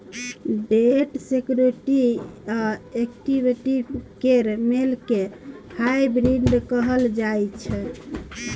date security आ equity केर मेल केँ हाइब्रिड कहल जाइ छै